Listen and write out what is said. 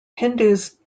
hindus